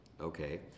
okay